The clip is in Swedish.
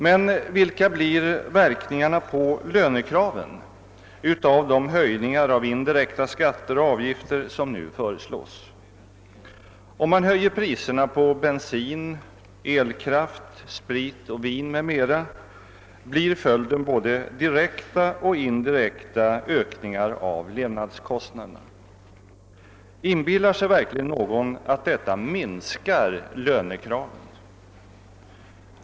Men vilka blir verkningarna på lönekraven av de höjningar av indirekta skatter och avgifter som nu föreslås? Om man höjer priserna på bensin, elkraft, sprit, vin m.m., blir följden både direkta och indirekta ökningar av levnadskostnaderna. Inbillar sig verkligen någon att detta minskar lönekraven?